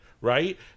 Right